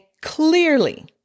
clearly